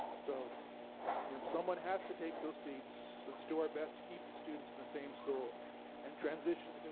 so you know someone has to take those seats, let's do our best to keep the students in the same school and transition